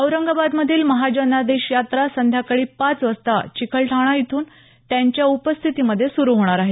औरंगाबाद मधील महाजनादेश यात्रा संध्याकाळी पाच वाजता चिकलठाणा इथून त्यांच्या उपस्थितीमध्ये सुरू होणार आहे